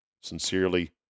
Sincerely